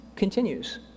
continues